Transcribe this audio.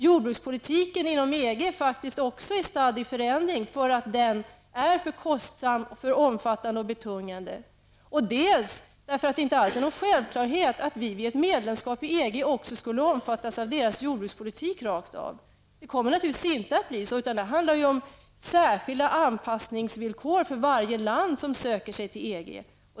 Jordbrukspolitiken inom EG är faktiskt också stadd i förändring. Den är för kostsam, för omfattande och alltför betungande. Det är inte heller någon självklarhet att vi vid ett medlemskap i EG också kommer att omfattas av EGs jordbrukspolitik rakt av. Så kommer det naturligtvis inte att bli, utan det handlar om särskilda anpassningsvillkor för varje land som söker sig till EG.